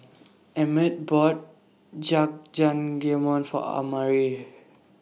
Emett bought Jajangmyeon For Amari